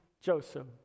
Joseph